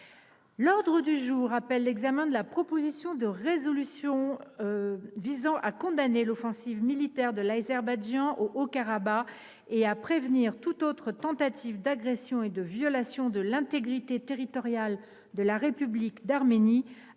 groupe Les Républicains, l’examen de la proposition de résolution visant à condamner l’offensive militaire de l’Azerbaïdjan au Haut Karabagh et à prévenir toute autre tentative d’agression et de violation de l’intégrité territoriale de la République d’Arménie,